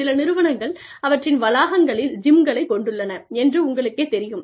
சில நிறுவனங்கள் அவற்றின் வளாகங்களில் ஜிம்களைக் கொண்டுள்ளன என்று உங்களுக்கேத் தெரியும்